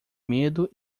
medo